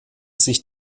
sich